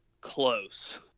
close